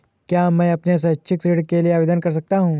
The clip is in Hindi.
क्या मैं अपने शैक्षिक ऋण के लिए आवेदन कर सकता हूँ?